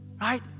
right